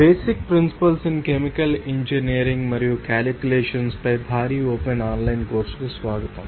basic principles in chemical engineering మరియు calculations పై భారీ ఓపెన్ ఆన్లైన్ కోర్సుకు స్వాగతం